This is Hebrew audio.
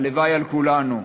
הלוואי על כולנו.